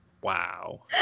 Wow